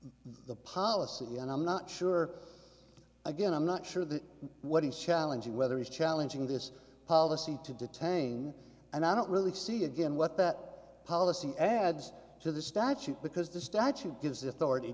the policy and i'm not sure again i'm not sure that what he's challenging whether he's challenging this policy to detain and i don't really see again what that policy adds to the statute because the statute gives